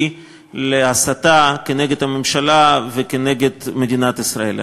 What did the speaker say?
להסתה כנגד הממשלה וכנגד מדינת ישראל.